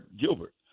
Gilbert